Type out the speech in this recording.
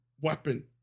weapon